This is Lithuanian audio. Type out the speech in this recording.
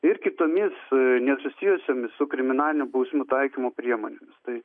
ir kitomis nesusijusiomis su kriminalinių bausmių taikymu priemonėmis tai